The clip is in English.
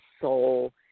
soul